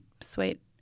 sweet